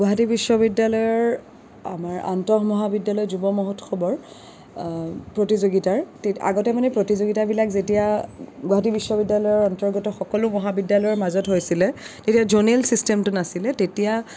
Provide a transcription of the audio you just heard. গুৱাহাটী বিশ্ববিদ্যালয়ৰ আমাৰ আন্তঃ মহাবিদ্যালয়ৰ যুৱ মহোৎসৱৰ প্ৰতিযোগিতাৰ আগতে মানে প্ৰতিযোগিতাবিলাক যেতিয়া গুৱাহাটী বিশ্ববিদ্যালয়ৰ অন্তৰ্গত সকলো মহাবিদ্যালয়ৰ মাজত হৈছিলে তেতিয়া জ'নেল ছিচটেমটো নাছিলে তেতিয়া